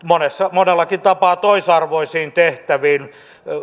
monellakin tapaa toisarvoisiin tehtäviin